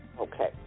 Okay